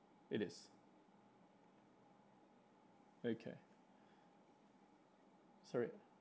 it is okay sorry